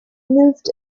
moved